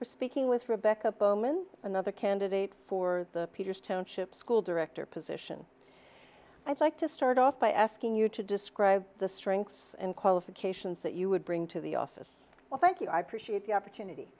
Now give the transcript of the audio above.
we're speaking with rebecca bowman another candidate for the peters township school director position i'd like to start off by asking you to describe the strengths and qualifications that you would bring to the office well thank you i appreciate the